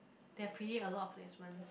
they have pretty a lot of placements